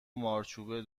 مارچوبه